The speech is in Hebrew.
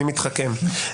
אני מתחכם.